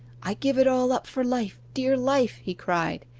i give it all up for life dear life he cried,